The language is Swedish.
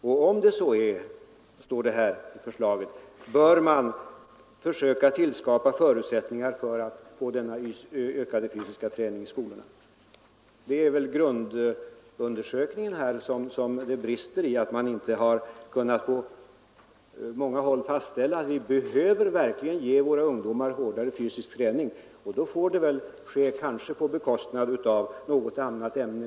Om så är önskvärt står det i förslaget, bör vi försöka tillskapa förutsättningar för att få denna ökade fysiska träning i skolorna. Det är väl den grundläggande behovsutredningen som det brister i. Men kan det fastställas att vi verkligen behöver ge våra ungdomar en hårdare fysisk träning, så får kanske den meddelas på bekostnad av något annat ämne.